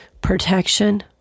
Protection